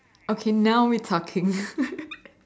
okay now we talking